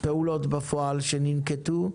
והפעולות בפועל שננקטו,